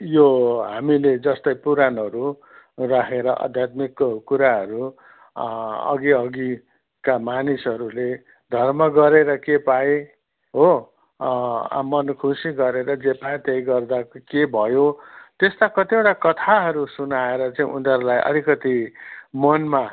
यो हामीले जस्तै पुराणहरू राखेर आध्यात्मिकको कुराहरू अघि अघिका मानिसहरूले धर्म गरेर के पाए हो अब मन खुसी गरेर जे पायो त्यही गर्दा के भयो त्यस्ता कतिवटा कथाहरू सुनाएर चाहिँ उनीहरूलाई अलिकति मनमा